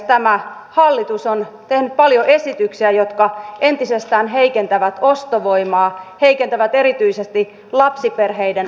tämä hallitus on tehnyt paljon esityksiä jotka entisestään heikentävät ostovoimaa heikentävät erityisesti lapsiperheiden asemaa